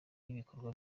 y’ibikorwa